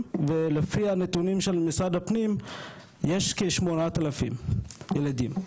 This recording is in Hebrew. ולפי הנתונים של משרד הפנים יש כ-8,000 ילדים,